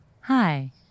Hi